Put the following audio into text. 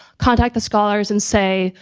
contact the scholars and say,